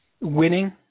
winning